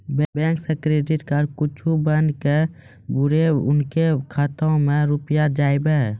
Bank से credit card बन के बुरे उनके खाता मे रुपिया जाएब?